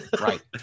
Right